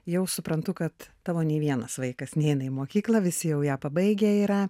jau suprantu kad tavo nei vienas vaikas neina į mokyklą visi jau ją pabaigę yra